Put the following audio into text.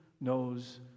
knows